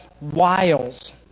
wiles